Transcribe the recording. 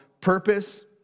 purpose